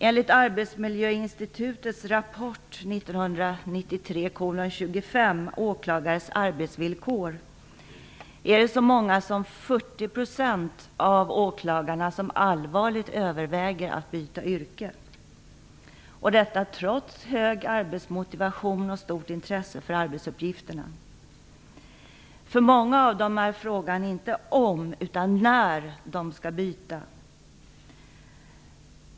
Enligt Arbetsmiljöinstitutets rapport 1993:25 Åklagares arbetsvillkor överväger så många som 40 % av åklagarna allvarligt att byta yrke, trots hög arbetsmotivation och stort intresse för arbetsuppgifterna. För många av dem är inte frågan om utan när de skall byta arbete.